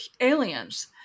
aliens